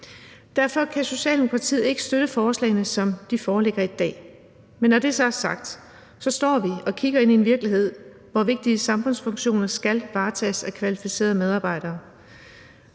Derfor kan Socialdemokratiet ikke støtte forslagene, som de foreligger i dag, men når det så er sagt, står vi kigger ind i en virkelighed, hvor vigtige samfundsfunktioner skal varetages af kvalificerede medarbejdere.